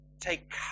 take